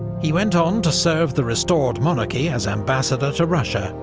he went on to serve the restored monarchy as ambassador to russia,